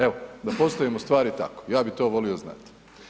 Evo, da postavimo stvari tako, ja bi to volio znati.